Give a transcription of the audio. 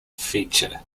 feature